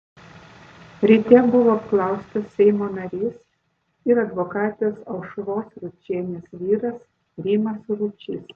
ryte buvo apklaustas seimo narys ir advokatės aušros ručienės vyras rimas ručys